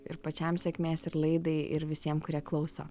ir pačiam sėkmės ir laidai ir visiem kurie klauso